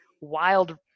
wild